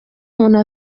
umuntu